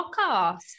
podcast